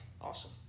awesome